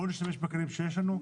בואו נשתמש בכלים שיש לנו.